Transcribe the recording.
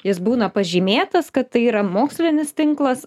jis būna pažymėtas kad tai yra mokslinis tinklas